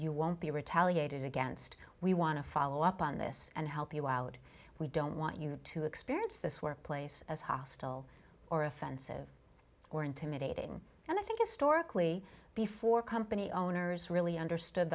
you won't be retaliated against we want to follow up on this and help you out we don't want you to experience this workplace as hostile or offensive or intimidating and i think historically before company owners really understood